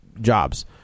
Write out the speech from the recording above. Jobs